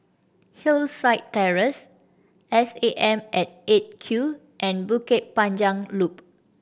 Hillside Terrace S A M at Eight Q and Bukit Panjang Loop